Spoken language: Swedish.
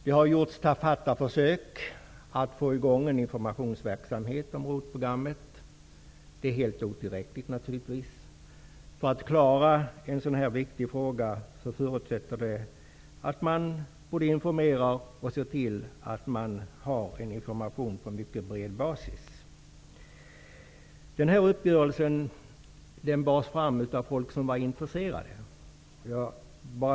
Det har gjorts tafatta försök att få i gång en informationsverksamhet om ROT-programmet. Det är naturligtvis helt otillräckligt. Att klara en så viktig fråga förutsätter att man informerar på en mycket bred basis. Uppgörelsen bars fram av folk som var intresserade.